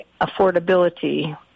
affordability